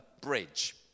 Bridge